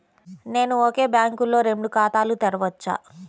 నేను ఒకే బ్యాంకులో రెండు ఖాతాలు తెరవవచ్చా?